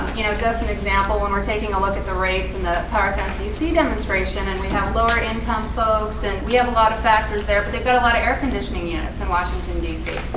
you know, just an example when we're taking a look at the rates and the power sense dc demonstration and we have lower income folks and we have a lot of factors there. but they've got a lot of air conditioning units in washington, d c.